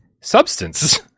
substance